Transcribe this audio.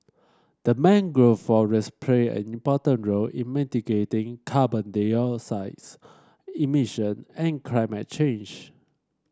the mangrove forest play an important role in mitigating carbon dioxides emission and climate change